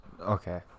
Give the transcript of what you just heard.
Okay